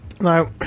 Now